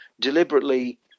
deliberately